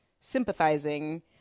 sympathizing